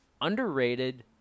Underrated